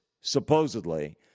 supposedly